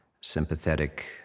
sympathetic